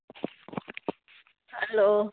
hello